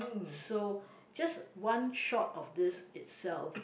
so just one shot of this itself